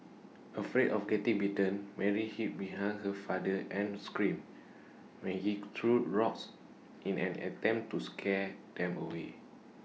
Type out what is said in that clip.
afraid of getting bitten Mary hid behind her father and screamed while he threw rocks in an attempt to scare them away